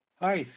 hi